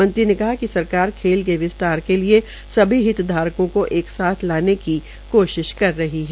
मंत्री ने कहा कि सरकार ने कहा कि सरकार खेल के विस्तार के लिये सभी हित धारकों को एक साथ लाने की कोशिश कर रही है